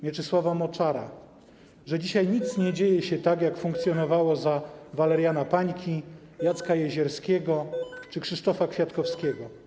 Mieczysława Moczara, że dzisiaj nic nie funkcjonuje tak, jak funkcjonowało za Waleriana Pańki, Jacka Jezierskiego czy Krzysztofa Kwiatkowskiego.